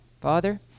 Father